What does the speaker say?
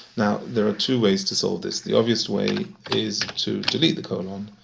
now, there are two ways to solve this. the obvious way is to delete the colon,